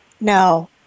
no